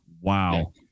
Wow